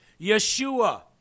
Yeshua